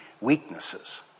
weaknesses